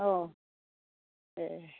औ ए